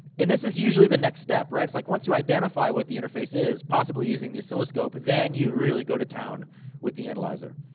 and this is usually the next step, right? it's like, once you identify what the interface is, possibly using the oscilloscope, then you really go to town with the analyzer.